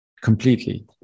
Completely